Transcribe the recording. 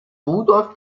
rudolph